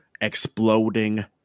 exploding